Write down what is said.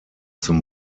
zum